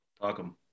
welcome